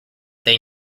they